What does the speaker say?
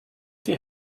die